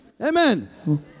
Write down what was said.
Amen